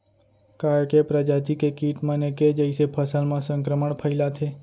का ऐके प्रजाति के किट मन ऐके जइसे फसल म संक्रमण फइलाथें?